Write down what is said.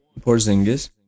Porzingis